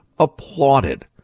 Applauded